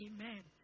Amen